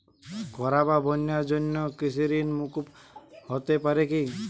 খরা বা বন্যার জন্য কৃষিঋণ মূকুপ হতে পারে কি?